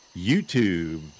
YouTube